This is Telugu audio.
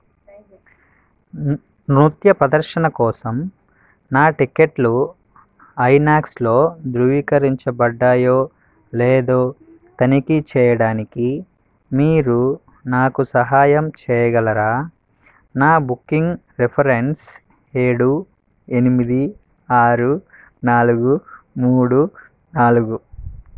నృత్య ప్రదర్శన కోసం నా టిక్కెట్లు ఐనాక్స్లో ధృవీకరించబడ్డాయో లేదో తనిఖీ చేయడానికి మీరు నాకు సహాయం చేయగలరా నా బుక్కింగ్ రిఫరెన్స్ ఏడు ఎనిమిది ఆరు నాలుగు మూడు నాలుగు